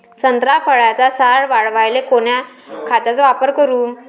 संत्रा फळाचा सार वाढवायले कोन्या खताचा वापर करू?